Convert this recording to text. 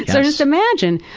so just imagine.